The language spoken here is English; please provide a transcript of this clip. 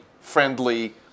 friendly